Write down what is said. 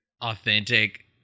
authentic